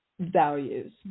values